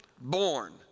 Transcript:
born